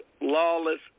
lawless